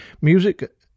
Music